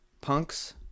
punks